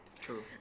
True